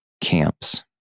camps